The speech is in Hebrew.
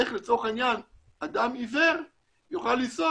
איך לצורך העניין אדם עיוור יוכל לנסוע